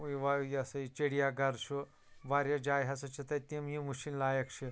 یہِ ہَسا یہِ چِڑیا گھر چھُ واریاہ جایہِ ہَسا چھِ تتہِ تِم یم وُچھِنۍ لایق چھِ